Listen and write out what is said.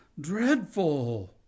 dreadful